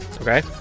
okay